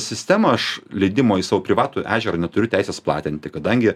sistemą aš leidimo į savo privatų ežerą neturiu teisės platinti kadangi